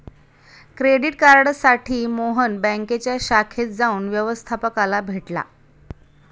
credit कार्डसाठी मोहन बँकेच्या शाखेत जाऊन व्यवस्थपकाला भेटला